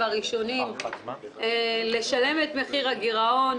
והראשונים שהולכים לשלם את המחיר של הגירעון